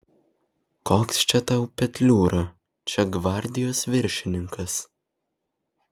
koks čia tau petliūra čia gvardijos viršininkas